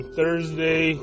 Thursday